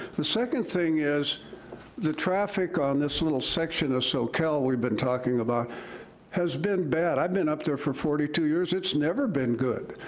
the second thing is the traffic on this little section of so soquel we've been talking about has been bad. i've been up there for forty two years, it's never been good.